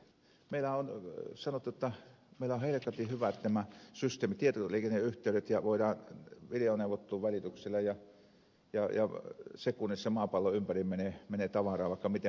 meillä on sanottu jotta meillä on helkatin hyvät nämä systeemit tietoliikenneyhteydet ja voidaan toimia videoneuvottelun välityksellä ja sekunnissa maapallon ympäri menee tavaraa vaikka miten paljon